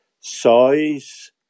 size